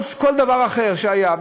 כל דבר אחר שהיה,